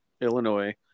Illinois